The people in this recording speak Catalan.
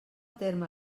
terme